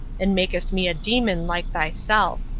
and makest me a demon like thyself.